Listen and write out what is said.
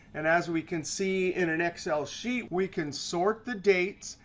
and as we can see in an excel sheet, we can sort the dates.